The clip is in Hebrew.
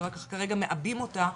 שכרגע רק מעבים אותה,